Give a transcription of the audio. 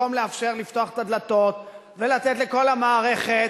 במקום לאפשר לפתוח את הדלתות ולתת לכל המערכת,